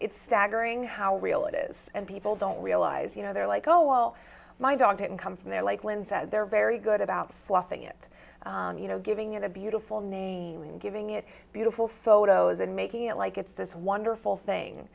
it's staggering how real it is and people don't realize you know they're like oh well my dog can come from there like lynn said they're very good about flossing it you know giving it a beautiful name and giving it beautiful photos and making it like it's this wonderful thing